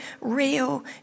real